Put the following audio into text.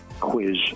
quiz